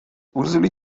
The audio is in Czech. uzly